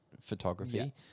photography